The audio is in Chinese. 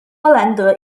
兰德